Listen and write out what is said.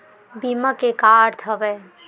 बीमा के का अर्थ हवय?